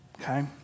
okay